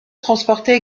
transportait